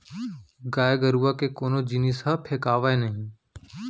गाय गरूवा के कोनो जिनिस ह फेकावय नही